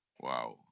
Wow